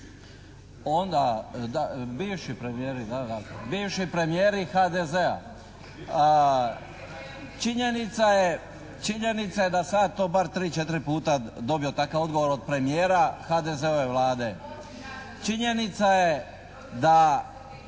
Bivši premijeri HDZ-a. Činjenica je, činjenica je da sam ja to bar tri, četiri puta dobio takav odgovor od premijera HDZ-ove Vlade. Činjenica je da,